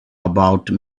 about